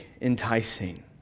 enticing